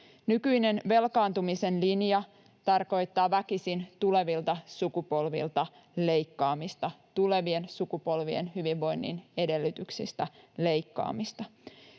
Nykyinen velkaantumisen linja tarkoittaa väkisin tulevilta sukupolvilta leikkaamista, tulevien sukupolvien hyvinvoinnin edellytyksistä leikkaamista.